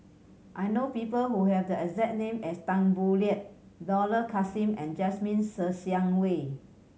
I know people who have the exact name as Tan Boo Liat Dollah Kassim and Jasmine Ser Xiang Wei